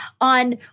on